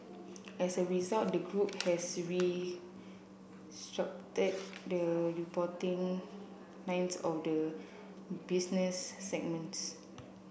as a result the group has the reporting lines of the business segments